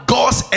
God's